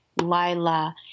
Lila